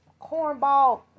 cornball